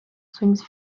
swings